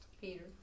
Peter